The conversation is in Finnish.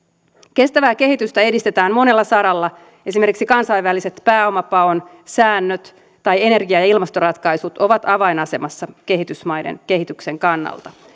kestävää kehitystä edistetään monella saralla esimerkiksi kansainväliset pääomapaon säännöt tai energia ja ilmastoratkaisut ovat avainasemassa kehitysmaiden kehityksen kannalta